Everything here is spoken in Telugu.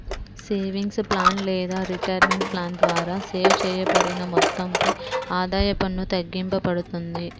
సేవింగ్స్ ప్లాన్ లేదా రిటైర్మెంట్ ప్లాన్ ద్వారా సేవ్ చేయబడిన మొత్తంపై ఆదాయ పన్ను తగ్గింపబడుతుంది